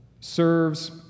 serves